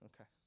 Okay